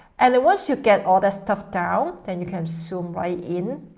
and, once you get all that stuff down, then you can zoom right in.